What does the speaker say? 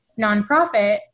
nonprofit